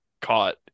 caught